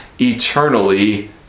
eternally